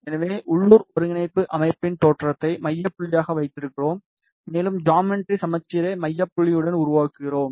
எனவே உள்ளூர் ஒருங்கிணைப்பு அமைப்பின் தோற்றத்தை மைய புள்ளியாக வைத்திருக்கிறோம் மேலும் ஜாமெட்ரி சமச்சீரை மைய புள்ளியுடன் உருவாக்குகிறோம்